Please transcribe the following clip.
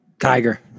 Tiger